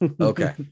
Okay